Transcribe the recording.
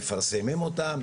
מפרסמים אותם,